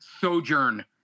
sojourn